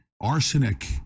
arsenic